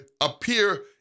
appear